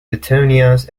petunias